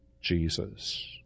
Jesus